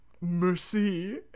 Mercy